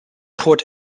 put